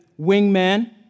wingman